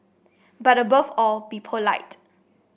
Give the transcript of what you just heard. but above all be polite